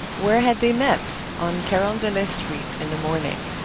where had they met? on carondelet street, in the morning.